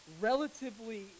relatively